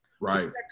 Right